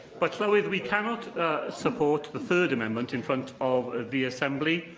but, llywydd, we cannot support the third amendment in front of the assembly,